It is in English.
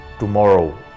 tomorrow